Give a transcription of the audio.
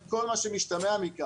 על כל מה שמשתמע מכך.